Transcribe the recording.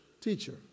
teacher